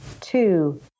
two